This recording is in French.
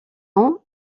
ans